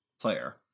player